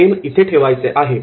pen इथे ठेवायचे आहे